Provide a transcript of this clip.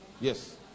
Yes